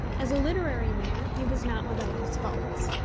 as a literary man, he was not without his faults.